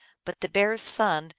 but the bear s son,